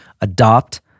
Adopt